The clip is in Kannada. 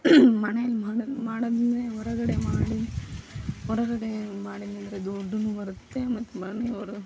ಮನೆಯಲ್ಲಿ ಮಾಡೋದು ಮಾಡೋದನ್ನೆ ಹೊರಗಡೆ ಮಾಡಿ ಹೊರಗಡೆ ಮಾಡಿದ್ದಾರೆ ದುಡ್ಡೂ ಬರುತ್ತೆ ಮತ್ತು ಮನೆಯವರು